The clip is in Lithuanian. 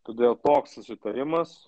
todėl toks susitarimas